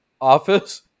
office